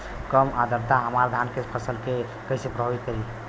कम आद्रता हमार धान के फसल के कइसे प्रभावित करी?